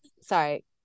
Sorry